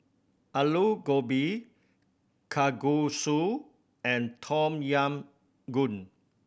Alu Gobi Kalguksu and Tom Yam Goong